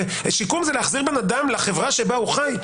שיקום זה להחזיר בן אדם לחברה בה הוא חי.